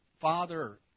father